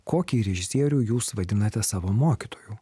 kokį režisierių jūs vadinate savo mokytoju